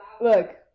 Look